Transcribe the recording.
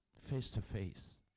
face-to-face